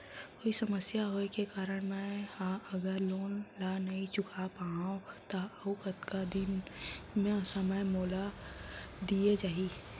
कोई समस्या होये के कारण मैं हा अगर लोन ला नही चुका पाहव त अऊ कतका दिन में समय मोल दीये जाही?